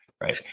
right